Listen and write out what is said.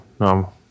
No